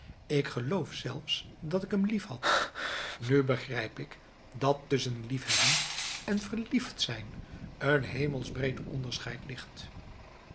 ik geloofde zelfs dat ik hem liefhad nu begrijp ik dat tusschen liefhebben en verliefd zijn een hemelsbreed onderscheid ligt